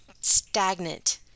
stagnant